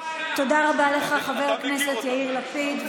תודה רבה לך, חבר הכנסת יאיר לפיד.